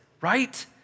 right